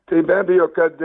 tai be abejo kad